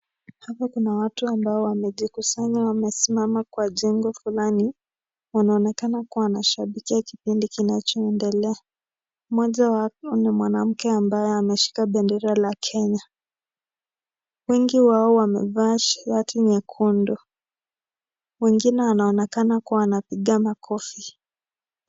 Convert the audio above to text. Hapa kuna watu ambao wamejikusanya, wamesimama kwa jengo fulani. Wanaonekana kuwa wanashabikia kikundi kinachoendelea. Mmoja wapo ni mwanamke ambaye ameshika bendera la Kenya. Wengi wao wamevaa shati nyekundu , wengine wanaonekana kuwa wanapiga makofi.